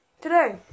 today